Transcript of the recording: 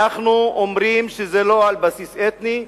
אנחנו אומרים שזה לא על בסיס אתני,